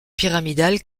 pyramidale